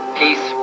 peace